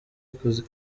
akazi